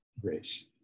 grace